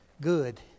good